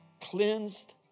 cleansed